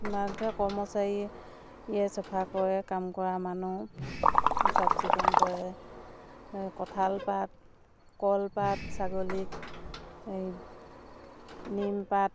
কৰ্মচাৰীয়ে চাফা কৰে কাম কৰা মানুহ চাফ চিকুণ কৰে কঁঠাল পাত কলপাত ছাগলীক এই নিম পাত